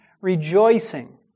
rejoicing